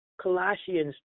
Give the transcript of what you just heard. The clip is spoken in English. Colossians